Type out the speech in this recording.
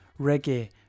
reggae